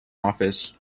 office